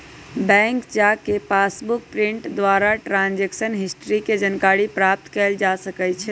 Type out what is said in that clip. bank जा कऽ passbook printing द्वारा ट्रांजैक्शन हिस्ट्री के जानकारी प्राप्त कएल जा सकइ छै